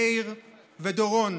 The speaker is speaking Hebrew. מאיר ודורון,